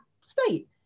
state